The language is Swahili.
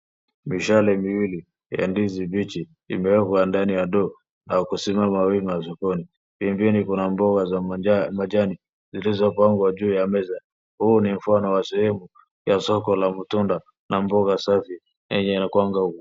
Mishale miwili ya ndizi mbichi imeekwa ndani ya ndoo na umesimama wima jikoni pemebeni kuna mboga za majani zilizopangwa juu ya meza. Huu ni mfano wa sehemu ya soko la matunda na mboga safi yenye inakunga humu